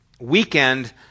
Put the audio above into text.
weekend